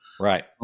right